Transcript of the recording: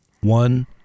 one